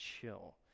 chill